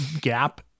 gap